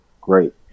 great